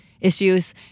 issues